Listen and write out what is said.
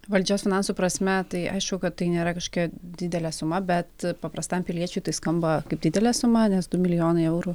valdžios finansų prasme tai aišku kad tai nėra kažkokia didelė suma bet paprastam piliečiui tai skamba kaip didelė suma nes du milijonai eurų